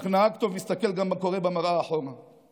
אך נהג טוב מסתכל גם מה קורה אחורה, במראה.